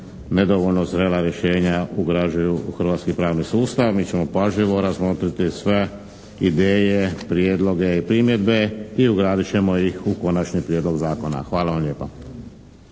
nedovoljno zrela rješenja ugrađuju u hrvatski pravni sustav. Mi ćemo pažljivo razmotriti sve ideje, prijedloge i primjedbe i ugradit ćemo ih u Konačni prijedlog zakona. Hvala vam lijepa.